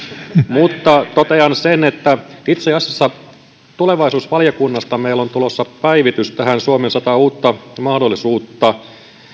mutta totean sen että itse asiassa tulevaisuusvaliokunnasta meillä on tulossa päivitys tähän suomen sata uutta mahdollisuutta